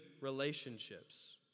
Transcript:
relationships